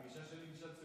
הגישה של,